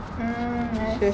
hmm I